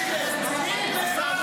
100 אזרחים נרצחו.